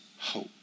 hope